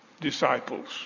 disciples